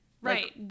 Right